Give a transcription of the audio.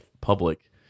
public